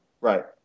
right